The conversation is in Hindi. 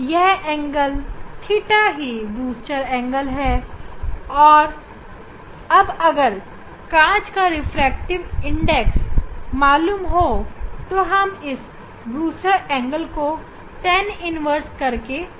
यह एंगल θ ही बूस्टर एंगल है अब अगर कांच का रिफ्रैक्टिव इंडेक्स मालूम हो तो हम इस ब्रूस्टर एंगल को tan का विपरीत करके निकाल सकते हैं